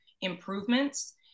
improvements